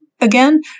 again